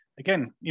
Again